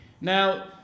Now